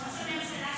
הוא עדיין סגן שר.